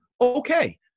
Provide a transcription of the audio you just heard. okay